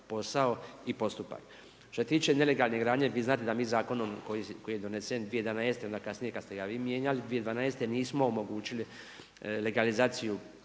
posao i postupak. Što se tiče nelegalne gradnje, vi znate da mi zakonom koji je donesen 2011. onda kasnije kada ste ga vi mijenjali, 2011. nismo omogućili legalizaciju,